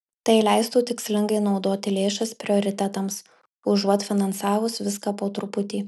tai leistų tikslingai naudoti lėšas prioritetams užuot finansavus viską po truputį